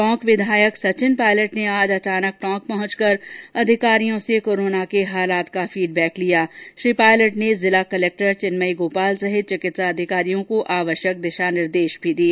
टोंक विधायक सचिन पायलट ने आज अचानक टोंक पहुंच कर अधिकारियों से कोरोना के हालात का फीडबैक लिया श्री पायलट ने जिला कलक्टर चिन्मयी गोपाल सहित चिकित्सा अधिकारियों को आवश्यक दिशा निर्देश भी दिए